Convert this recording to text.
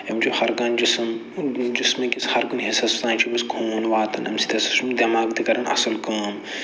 أمِس چھُ ہَر کانہہ جِسم جِسمہٕ کِس ہَر کُنہِ حِصس تام چھُ أمِس خوٗن واتان اَمہِ سۭتۍ ہسا چھُ دٮ۪ماغ تہِ کران اَصٕل کٲم